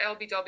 LBW